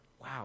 wow